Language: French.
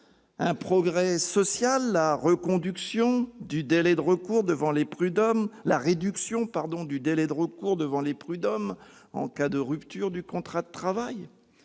Un progrès social, la réduction du délai de recours devant les prud'hommes en cas de rupture du contrat de travail ?